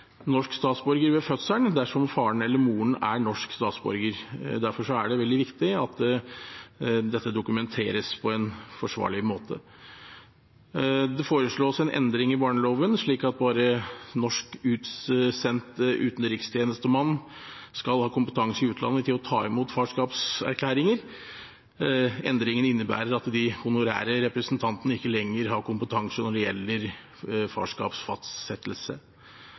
norsk statsborger ved fødselen dersom faren eller moren er norsk statsborger. Derfor er det veldig viktig at dette dokumenteres på en forsvarlig måte. Det foreslås en endring i barneloven slik at bare norsk utsendt utenrikstjenestemann skal ha kompetanse i utlandet til å ta imot farskapserklæringer. Endringen innebærer at de honorære representantene ikke lenger har kompetanse når det gjelder farskapsfastsettelse.